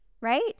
right